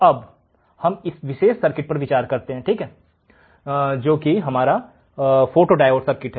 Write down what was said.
अब हम इस विशेष सर्किट पर विचार करते हैं जो कि हमारा फोटोडायोड सर्किट है